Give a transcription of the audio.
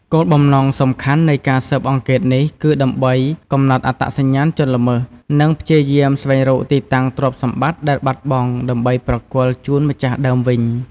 គោលបំណងសំខាន់នៃការស៊ើបអង្កេតនេះគឺដើម្បីកំណត់អត្តសញ្ញាណជនល្មើស និងព្យាយាមស្វែងរកទីតាំងទ្រព្យសម្បត្តិដែលបាត់បង់ដើម្បីប្រគល់ជូនម្ចាស់ដើមវិញ។